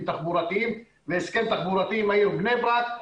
תחבורתיים והסכם תחבורתי עם העיר בני ברק.